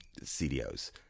CDOs